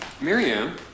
Miriam